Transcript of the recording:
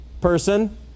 person